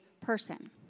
person